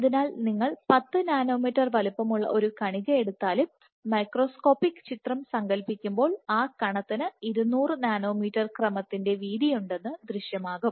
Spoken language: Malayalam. അതിനാൽ നിങ്ങൾ 10 നാനോമീറ്റർ വലിപ്പമുള്ള ഒരു കണിക എടുത്താലും മൈക്രോസ്കോപ്പിക് ചിത്രം സങ്കൽപ്പിക്കുമ്പോൾ ആ കണത്തിന് 200 നാനോമീറ്റർ ക്രമത്തിന്റെ വീതിയുണ്ടെന്ന് ദൃശ്യമാകും